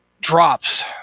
drops